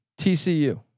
TCU